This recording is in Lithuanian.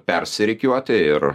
persirikiuoti ir